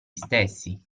stessi